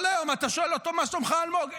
כל היום, אתה שואל אותו: מה שלומך, אלמוג?